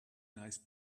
nice